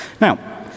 Now